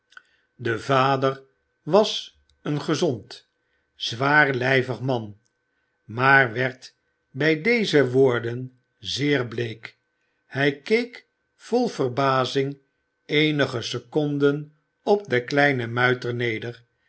de vader was een gezond zwaarlijvig man maar werd bij deze woorden zeer bleek hij keek vol verbazing eenige seconden op den kleinen muiter neder